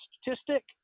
statistic